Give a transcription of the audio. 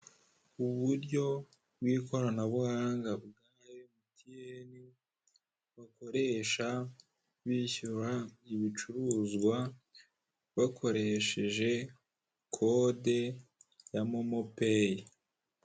Uburyo bw'ikoranabuhanga bwa Emutiyeni, bakoresha bishyura ibicuruzwa, bakoresheje kode ya momo peyi.